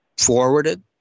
forwarded